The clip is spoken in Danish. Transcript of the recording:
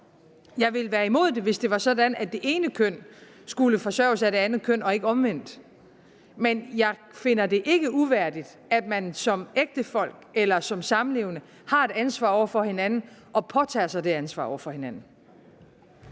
Jeg ville være imod det, hvis det var sådan, at det ene køn skulle forsørges af det andet køn og ikke omvendt. Men jeg finder det ikke uværdigt, at man som ægtefolk eller som samlevende har et ansvar over for hinanden og påtager sig det ansvar over for hinanden.